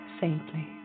saintly